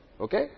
Okay